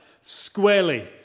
squarely